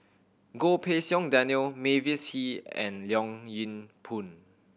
Goh Pei Siong Daniel Mavis Hee and Leong Yin Poon